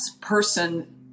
person